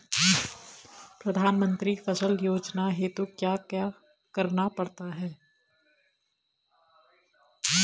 प्रधानमंत्री फसल योजना हेतु क्या क्या करना पड़ता है?